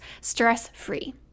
stress-free